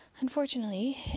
unfortunately